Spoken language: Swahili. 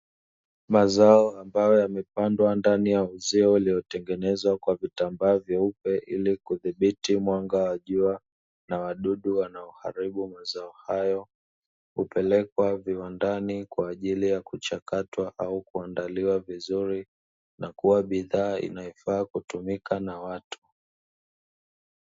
Mazao ambayo yamepandwa ndani ya uzio uliotengenezwa kwa vitambaa vyeupe ili kudhibiti mwanga wa jua na wadudu wanaoharibu mazao hayo, hupelekwa viwandani kwa ajili ya kuchakatwa au kuandaliwa vizuri na kuwa bidhaa inayofaa kutumika na watu.